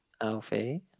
Alfie